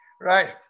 Right